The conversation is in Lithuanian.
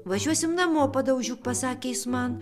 važiuosim namo padaužiuk pasakė jis man